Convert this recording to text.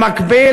במקביל,